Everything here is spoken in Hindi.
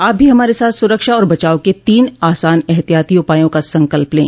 आप भी हमारे साथ सुरक्षा और बचाव के तीन आसान एहतियाती उपायों का संकल्प लें